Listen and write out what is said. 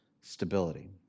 stability